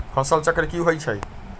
फसल चक्र की होई छै?